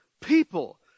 people